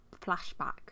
flashback